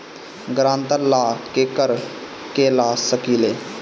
ग्रांतर ला केकरा के ला सकी ले?